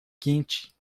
quente